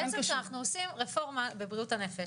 בעצם כשאנחנו עושים רפורמה בבריאות הנפש